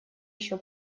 еще